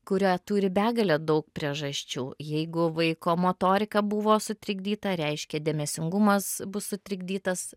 kurią turi begalę daug priežasčių jeigu vaiko motorika buvo sutrikdyta reiškia dėmesingumas bus sutrikdytas